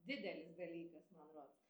didelis dalykas man rodos